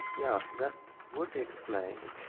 yeah, that would explain it.